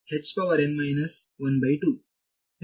ವಿದ್ಯಾರ್ಥಿ